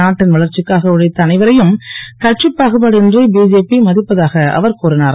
நாட்டின் வளர்ச்சிக்காக உழைத்த அனைவரையும் கட்சிப் பாகுபாடு இன்றி பிஜேபி ம ப்பதாக அவர் கூறினார்